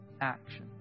action